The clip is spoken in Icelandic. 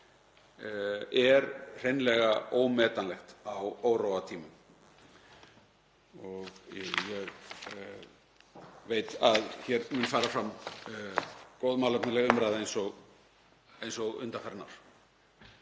er hreinlega ómetanlegt á óróatímum. Ég veit að hér mun fara fram góð og málefnaleg umræða eins og undanfarin ár.